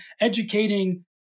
educating